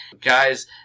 guys